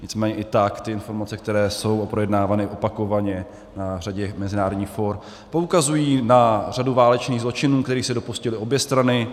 Nicméně i tak ty informace, které jsou projednávány opakovaně na řadě mezinárodních fór, poukazují na řadu válečných zločinů, kterých se dopustily obě strany.